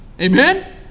Amen